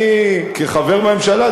אני כחבר בממשלה,